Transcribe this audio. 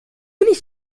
nicht